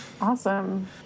Awesome